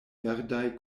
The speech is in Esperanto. verdaj